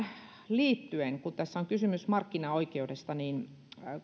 liittyen kun tässä on kysymys markkinaoikeudesta